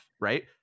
right